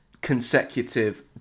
consecutive